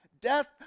Death